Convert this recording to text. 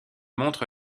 montre